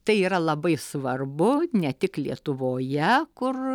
tai yra labai svarbu ne tik lietuvoje kur